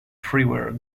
freeware